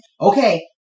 Okay